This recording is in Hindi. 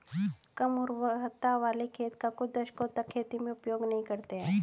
कम उर्वरता वाले खेत का कुछ दशकों तक खेती में उपयोग नहीं करते हैं